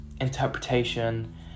interpretation